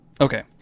Okay